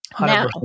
Now